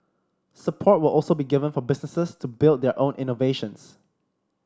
support will also be given for businesses to build their own innovations